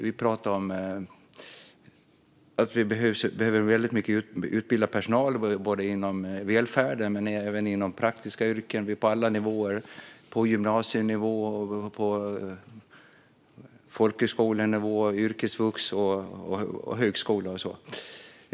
Vi pratar om att vi både inom välfärd och inom praktiska yrken behöver väldigt mycket utbildad personal på alla nivåer: gymnasienivå, folkhögskolenivå, yrkesvux och högskola.